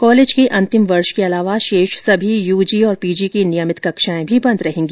college के अंतिम वर्ष के अलावा शेष सभी यूजी पीजी की नियमित कक्षाएं बंद रहेगी